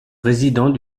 président